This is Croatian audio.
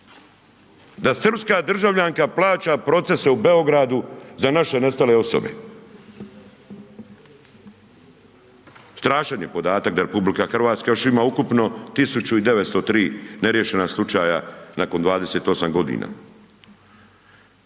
Da srpska državljanka plaća procese u Beogradu za naše nestale osobe. Strašan je podatak da RH, ima ukupno 1903 neriješena slučaja nakon 28 g.